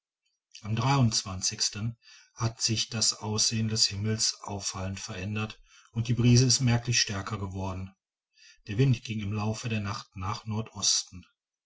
am hat sich das aussehen des himmels auffallend verändert und die brise ist merklich stärker geworden der wind ging im laufe der nacht nach nordosten